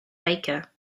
baker